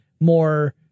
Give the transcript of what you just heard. more